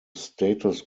status